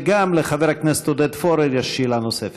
וגם לחבר הכנסת עודד פורר יש שאלה נוספת.